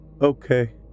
Okay